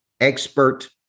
expert